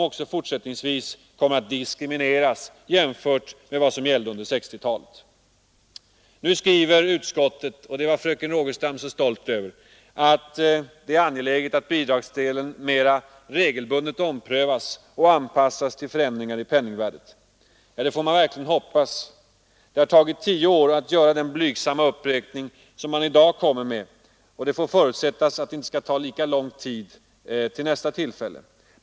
Också fortsättningsvis kommer de här grupperna att diskrimineras jämfört med vad som gällde under 1960-talet. Nu skriver utskottet — och det var fröken Rogestam så stolt över — att det är angeläget att bidragsdelen mera regelbundet omprövas och anpassas till förändringar i penningvärdet. Ja, det får man verkligen hoppas. Det har tagit tio år att göra den blygsamma uppräkning som man i dag kommer med, och det får förutsättas att det inte skall ta lika lång tid till nästa tillfälle.